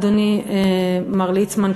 אדוני מר ליצמן,